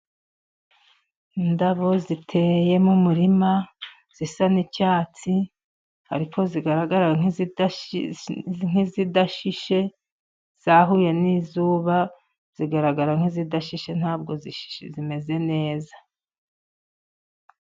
Indabo ziteye mu murima zisa n'icyatsi, ariko zigaragara nk'izidashi nk'izidashishe, zahuye n'izuba zigaragara nk'izidashishe, ntabwo zishishe zimeze neza.